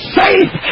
safe